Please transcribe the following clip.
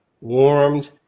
warmed